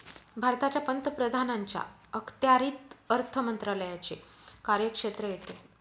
भारताच्या पंतप्रधानांच्या अखत्यारीत अर्थ मंत्रालयाचे कार्यक्षेत्र येते